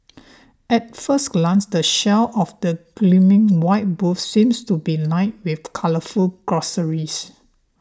at first glance the shelves of the gleaming white booths seem to be lined with colourful groceries